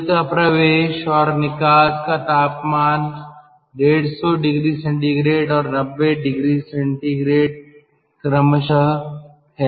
तेल का प्रवेश और निकास का तापमान 150oC और 90o C क्रमशः है